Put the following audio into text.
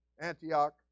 Antioch